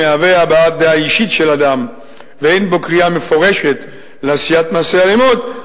מהווה הבעת דעה אישית של אדם ואין בו קריאה מפורשת לעשיית מעשה אלימות,